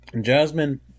jasmine